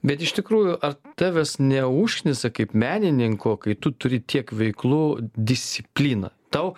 bet iš tikrųjų ar tavęs neužknisa kaip menininko kai tu turi tiek veiklų disciplina tau